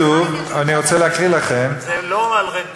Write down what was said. אני רוצה להקריא לכם, זה לא על רנטות.